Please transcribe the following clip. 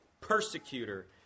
persecutor